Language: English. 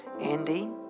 Andy